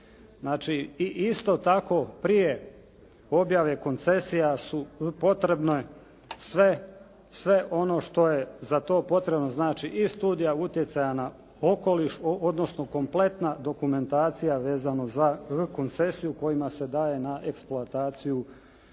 Znači i isto tako prije objave koncesija su potrebne sve ono što je za to potrebno znači i studija utjecaja na okoliš odnosno kompletna dokumentacija vezano za koncesiju kojima se daje na eksploataciju,